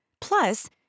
Plus